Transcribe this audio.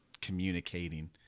communicating